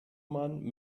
man